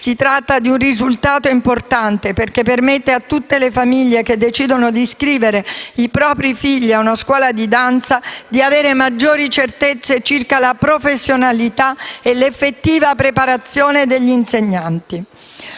Si tratta di un risultato importante perché permette a tutte le famiglie che decidono di iscrivere i propri figli a una scuola di danza, di avere maggiori certezze circa la professionalità e l'effettiva preparazione degli insegnanti.